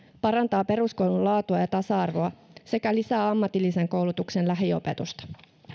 parantaa peruskoulun laatua ja tasa arvoa sekä lisää ammatillisen koulutuksen lähiopetusta